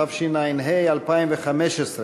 התשע"ה 2015,